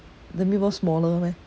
the meatball smaller meh